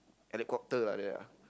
helicopter like that ah